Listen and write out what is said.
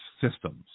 systems